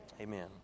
Amen